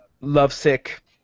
lovesick